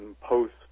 post